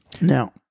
Now